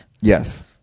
Yes